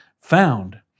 found